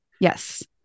Yes